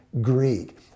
Greek